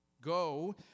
Go